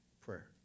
prayer